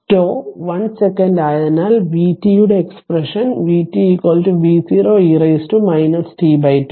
τ 1 second ആയതിനാൽ vt യുടെ expression vt v0 e t τ